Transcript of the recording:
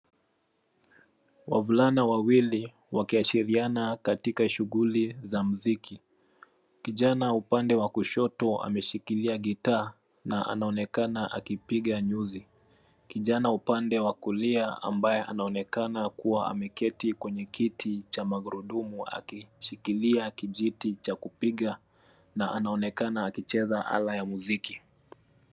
Wavulana wawili wakiashiriana katika shughuli za muziki. Kijana upande wa kushoto ambaye ameshikilia gita na anaonekana akipiga nyuzi. Kijana upande wa kulia ambaye anaonekana kuwa ameketi kwenye kiti cha magurudumu; akishikilia kijiti cha kupiga na anaonekana akicheza ala ya muziki.